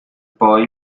poi